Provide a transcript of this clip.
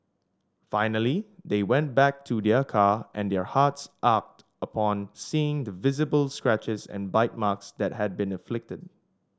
finally they went back to their car and their hearts ached upon seeing the visible scratches and bite marks that had been inflicted